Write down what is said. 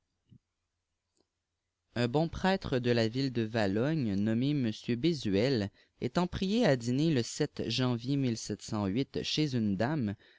un bon prêtre de la ville de yalogne nommé m bézuel étant prié à dîner le chez une dame